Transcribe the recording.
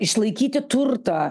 išlaikyti turtą